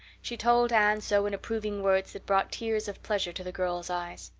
she told anne so in approving words that brought tears of pleasure to the girl's eyes.